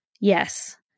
Yes